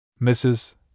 Mrs